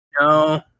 No